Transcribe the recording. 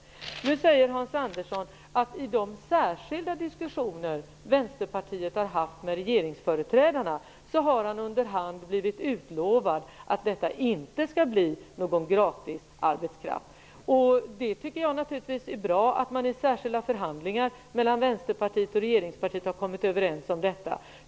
Nu säger Hans Andersson att han vid de särskilda diskussioner som han har fört med regeringsföreträdarna under hand har blivit utlovad att det inte skall bli fråga om någon gratisarbetskraft. Det är naturligtvis bra att man i särskilda förhandlingar mellan Vänsterpartiet och regeringspartierna har kommit överens om detta.